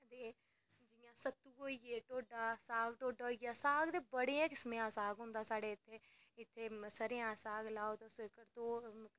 ते जियां सत्तू होई गे ढोड्डा साग ढोड्डा साग ते बड़े गै किस्में दा साग होंदा साढ़े इत्थै इत्थै स'रेआं दा साग लाओ तुस